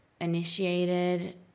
initiated